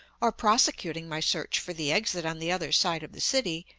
or prosecuting my search for the exit on the other side of the city,